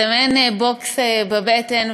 זה מעין בוקס בבטן,